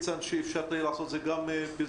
הדברים העיקריים ששמעתי התייחסו בעיקר